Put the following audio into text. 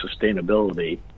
sustainability